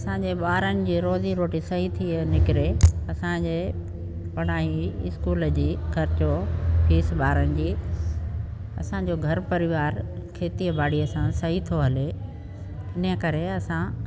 असांजे ॿारनि जी रोज़ी रोटी सही थी निकिरे असांजे पढ़ाई स्कूल जी ख़र्चो फीस ॿारनि जी असांजो घरु परिवार खेतीअ ॿाड़ीअ सां सही थो हले इने करे असां